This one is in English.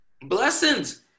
Blessings